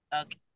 Okay